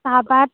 চাহপাত